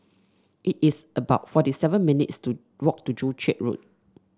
it is about forty seven minutes' to walk to Joo Chiat Road